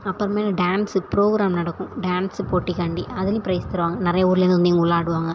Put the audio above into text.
அப்புறமேலு dance programme நடக்கும் dance போட்டிக்காண்டி அதுலேயும் ப்ரைஸ் தருவாங்க நிறைய ஊர்லேருந்து வந்து எங்கள் ஊரில் ஆடுவாங்க